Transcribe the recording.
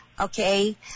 okay